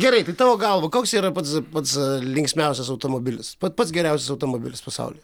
gerai tai tavo galva koks yra pats pats linksmiausias automobilis pats geriausias automobilis pasaulyje